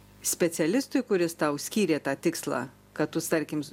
specialistui kuris tau skyrė tą tikslą kad tu tarkim